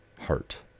heart